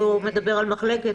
הוא מדבר על מחלקת?